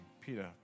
Peter